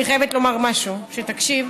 אני חייבת לומר משהו שתקשיב,